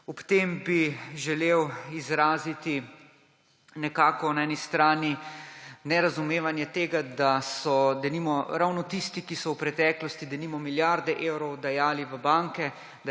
Ob tem bi želel izraziti na eni strani nerazumevanje tega, da ravno tisti, ki so v preteklosti denimo milijarde evrov dajali v banke,